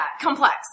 Complex